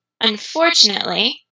Unfortunately